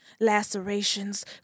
lacerations